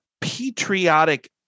patriotic